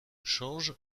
change